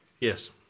Yes